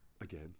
again